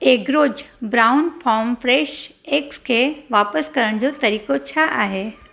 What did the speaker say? एग्रोज brown farm fresh eggs खे वापसि करण जो तरीक़ो छा आहे